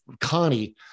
Connie